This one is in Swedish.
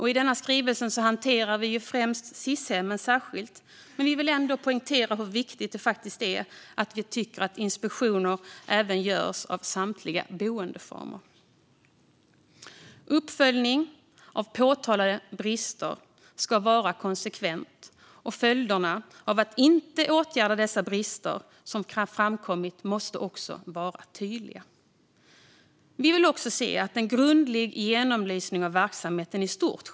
I denna skrivelse hanterar vi främst Sis-hemmen, men vi vill ändå poängtera hur viktigt det är att det görs inspektioner av samtliga boendeformer. Uppföljningen av påtalade brister ska vara konsekvent, och följderna av att inte åtgärda de brister som framkommit måste vara tydliga. Vi vill också se att det sker en grundlig genomlysning av verksamheten i stort.